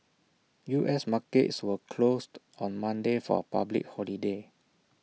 U S markets were closed on Monday for A public holiday